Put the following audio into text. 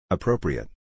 Appropriate